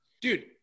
dude